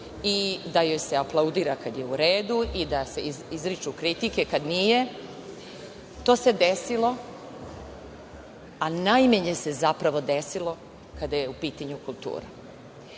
i da joj se aplaudira kada je u redu i da se izriču kritike kada nije. To se desilo, a najmanje se zapravo desilo kada je u pitanju kultura.